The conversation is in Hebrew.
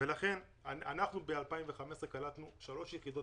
אנחנו ב-2015 קלטנו שלוש יחידות